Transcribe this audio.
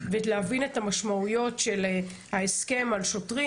כדי להבין את המשמעויות של ההסכם על שוטרים.